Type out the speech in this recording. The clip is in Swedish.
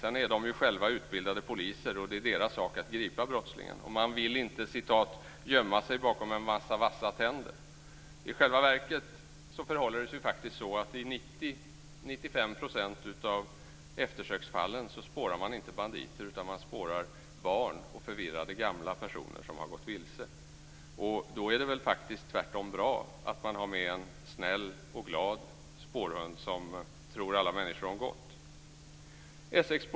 Sedan är de ju själva utbildade poliser, och det är deras sak att gripa brottslingen. Man vill inte "gömma sig" bakom en massa vassa tänder. I själva verket förhåller det sig ju faktiskt så att i 90-95 % av eftersöksfallen spårar man inte banditer utan man spårar barn och förvirrade gamla personer som har gått vilse. Då är det väl tvärtom bra att man har med sig en snäll och glad spårhund som tror alla människor om gott.